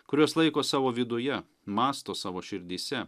kuriuos laiko savo viduje mąsto savo širdyse